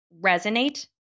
resonate